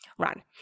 run